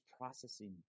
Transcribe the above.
processing